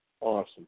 Awesome